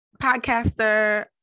podcaster